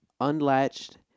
unlatched